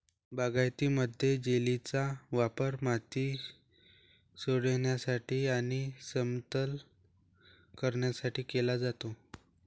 बागायतीमध्ये, जेलीचा वापर माती सोडविण्यासाठी आणि समतल करण्यासाठी केला जातो